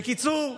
בקיצור,